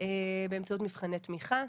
באמצעות מבחני תמיכה,